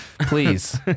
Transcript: Please